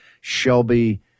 Shelby